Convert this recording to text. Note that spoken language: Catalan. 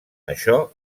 això